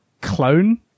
clone